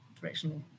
directional